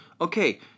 okay